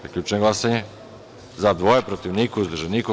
Zaključujem glasanje: za – dva, protiv – niko, uzdržanih – nema.